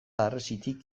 harresitik